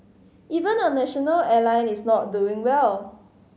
even our national airline is not doing well